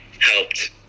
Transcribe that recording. helped